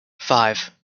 five